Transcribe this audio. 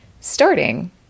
starting